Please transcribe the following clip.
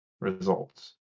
results